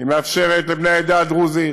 והיא מאפשרת לבני העדה הדרוזית,